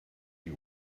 you